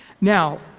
Now